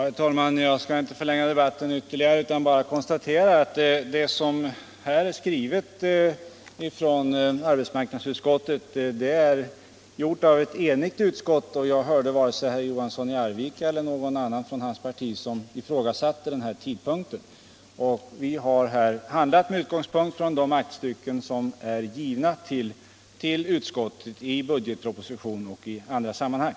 Herr talman! Jag skall inte förlänga debatten utan vill bara konstatera att ett enigt arbetsmarknadsutskott står bakom skrivningen. Jag hörde inte att vare sig herr Johansson i Arvika eller någon annan från hans parti ifrågasatte den här tidpunkten. Vi har handlat med utgångspunkt i de aktstycken som är givna till utskottet i budgetproposition och i andra sammanhang.